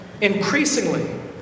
increasingly